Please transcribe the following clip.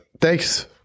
Thanks